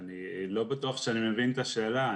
אני לא בטוח שאני מבין את השאלה.